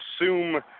assume